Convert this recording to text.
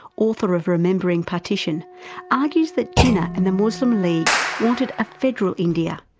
author of remembering partition argues that jinnah and the muslim league wanted a federal india,